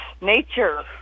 nature